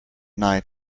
night